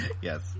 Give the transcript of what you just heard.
Yes